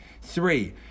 Three